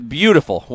beautiful